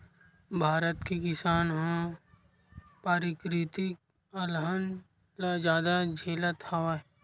भारत के किसान ह पराकिरितिक अलहन ल जादा झेलत हवय